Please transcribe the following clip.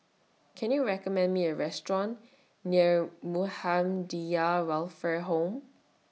Can YOU recommend Me A Restaurant near Muhammadiyah Welfare Home